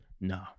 No